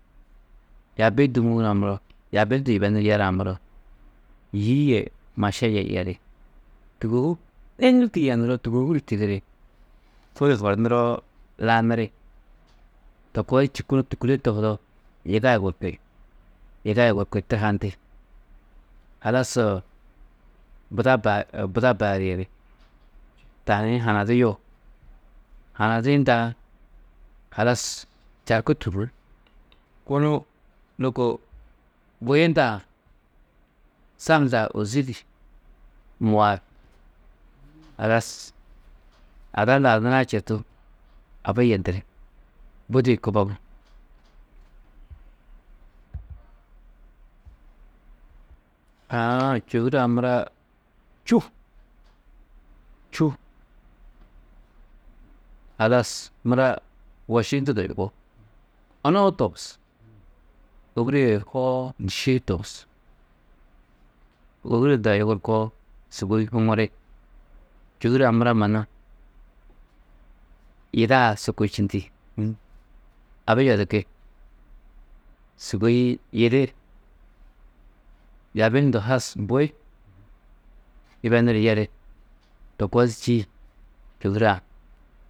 Yaabi-ĩ du mûurã muro, yaabi hundu yibenuru yerã muro, yî yê maša yê yeri, tûgohu neŋirî yernuroo, tûgohu du tigiri. Ko-ĩ horinuroo, laniri, to koo di čî kunu tûkule tohudoo, yiga yugurki, yiga yugurki tigandi, halas buda baa buda beeru yeri, tani hi hanadiyuo, hanadiyindã halas čarku tûrrú, kunu lôko buyindã, sa hundã ôzi di mûar, halas ada lau nurã četu abi yendiri, budi kubogo. Aã čôhure-ã mura čû, čû, halas mura wošiyundudo yugó, onou togus, ôbure hoo, dîšee togus, ôhure hundã yugurkoo, sûgoi huŋuri, čôhure-ã mura mannu yida-ã su kôčindi, abi yodirki, sûgoi yidi, yaabi hundu has bui yibenuru yeri, to koo čî, čôhure-ã.